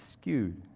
skewed